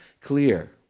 clear